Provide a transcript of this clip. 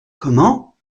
comment